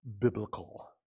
biblical